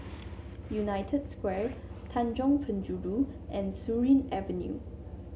United Square Tanjong Penjuru and Surin Avenue